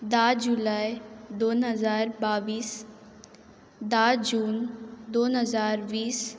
धा जुलाय दोन हजार बावीस धा जून दोन हजार वीस